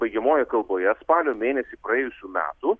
baigiamojoj kalboje spalio mėnesį praėjusių metų